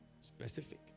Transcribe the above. Specific